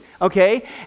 Okay